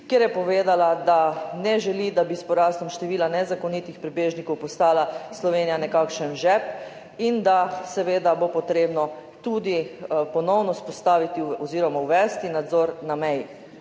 kjer je povedala, da ne želi, da bi s porastom števila nezakonitih pribežnikov postala Slovenija nekakšen žep in da seveda bo potrebno tudi ponovno vzpostaviti oziroma uvesti nadzor na meji.